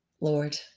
Lord